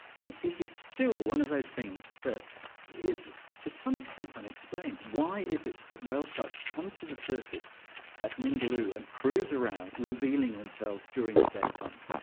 and it is still one of those things that is to some extent unexplained why is it that whale sharks come to the surface at ningaloo and cruise around revealing themselves during the daytime?